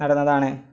നടന്നതാണ്